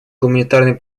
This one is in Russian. гуманитарной